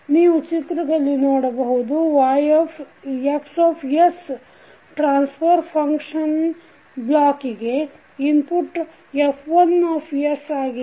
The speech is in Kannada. ನೀವು ಚಿತ್ರದಲ್ಲಿ ನೋಡಬಹುದುX ಟ್ರಾನ್ಸ್ಫರ್ ಫಂಕ್ಷನ್ ಬ್ಲಾಕಿಗೆ ಇನ್ಪುಟ್ F1ಆಗಿದೆ